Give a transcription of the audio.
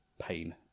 pain